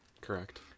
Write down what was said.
Correct